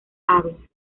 aves